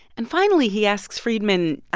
and finally, he asks friedman,